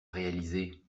réaliser